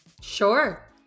Sure